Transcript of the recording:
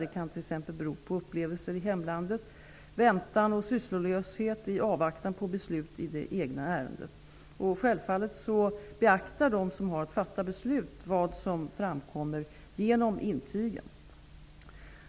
Det kan t.ex. bero på upplevelser i hemlandet, väntan och sysslolöshet i avvaktan på beslut i det egna ärendet. Självfallet beaktar de som har att fatta beslut vad som framkommer genom intygen.